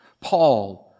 Paul